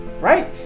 right